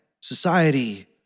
Society